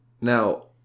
Now